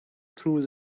through